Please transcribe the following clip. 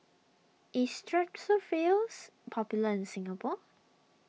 is Strepsils popular in Singapore